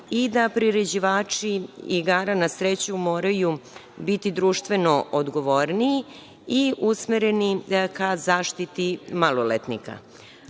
i da priređivači igara na sreću moraju biti društveno odgovorniji i usmereni ka zaštiti maloletnika. Zabranu